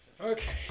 Okay